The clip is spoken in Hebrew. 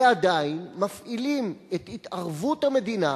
ועדיין מפעילים את התערבות המדינה,